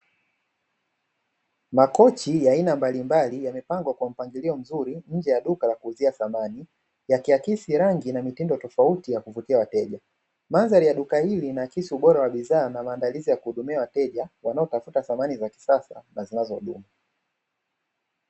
Makochi ya aina mbalimbali yamepangwa kwa mpangilio mzuri nje ya duka la kuuzia samani, yakiakisi rangi na mitindo tofauti ya kuvutia wateja. Mandhari ya duka hili linaakisi ubora wa bidhaa na maandalizi ya kuwahudumia wateja wanaotafuta samani za kisasa na zinazodumu.